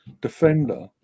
defender